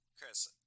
Chris